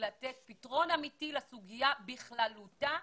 לתת פתרון אמיתי לסוגיה בכללותה.